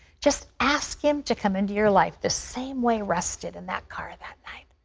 just ask him to come into your life the same way russ did in that car that night.